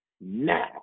now